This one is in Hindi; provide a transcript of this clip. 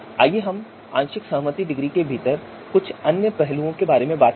आइए हम आंशिक सहमति की डिग्री के भीतर कुछ अन्य पहलुओं के बारे में बात करते हैं